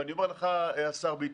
ואני אומר לך, השר ביטון: